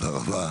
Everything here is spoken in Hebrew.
תודה רבה.